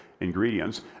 ingredients